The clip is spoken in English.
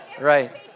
Right